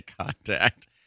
contact